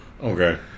Okay